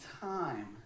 time